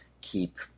keep